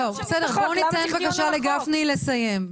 בסדר, בוא ניתן לגפני לסיים.